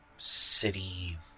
city